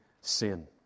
sin